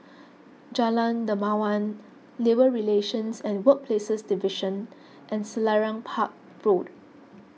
Jalan Dermawan Labour Relations and Workplaces Division and Selarang Park Road